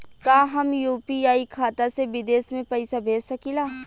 का हम यू.पी.आई खाता से विदेश में पइसा भेज सकिला?